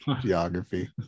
Geography